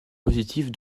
positive